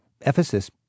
Ephesus